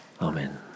Amen